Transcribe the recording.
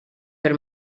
per